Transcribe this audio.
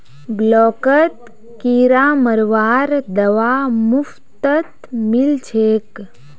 ब्लॉकत किरा मरवार दवा मुफ्तत मिल छेक